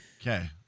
Okay